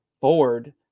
forward